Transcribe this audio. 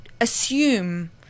assume